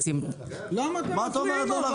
צמצמנו ----- למה אתם מפריעים?